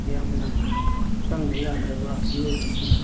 ꯌꯥꯝꯅ ꯆꯪꯗ ꯌꯥꯗ꯭ꯔꯕ ꯃꯤꯑꯣꯏꯕꯒꯤ